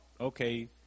okay